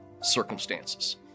circumstances